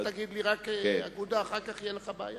רק אל תגיד לי "אגודה", כי אחר כך תהיה לך בעיה.